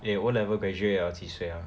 eh o level graduate liao 几岁 ah